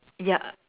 ya